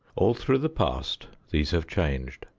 all through the past these have changed,